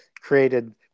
created